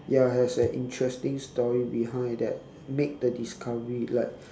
ya has an interesting story behind that make the discovery like